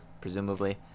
presumably